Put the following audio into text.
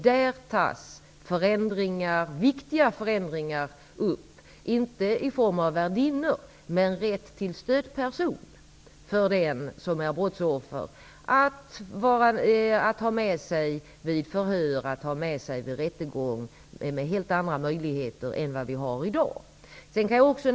Där tas viktiga förändringar upp, inte i form av värdinnor, men rätt till stödperson för den som är brottsoffer att ha med sig vid förhör och vid rättegång, med helt andra möjligheter än vad vi har i dag.